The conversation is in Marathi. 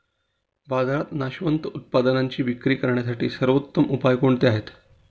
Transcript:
बाजारात नाशवंत उत्पादनांची विक्री करण्यासाठी सर्वोत्तम उपाय कोणते आहेत?